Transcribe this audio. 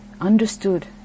understood